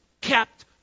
kept